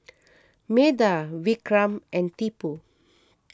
Medha Vikram and Tipu